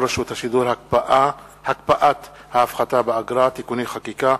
רשות השידור (הקפאת ההפחתה באגרה) (תיקוני חקיקה),